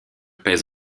pèse